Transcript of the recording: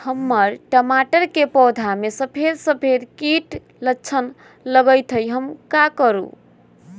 हमर टमाटर के पौधा में सफेद सफेद कीट के लक्षण लगई थई हम का करू?